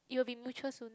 it will be mutual soon